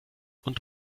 und